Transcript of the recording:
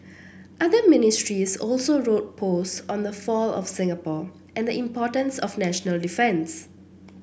other Ministers also wrote posts on the fall of Singapore and importance of national defence